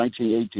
1918